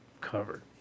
covered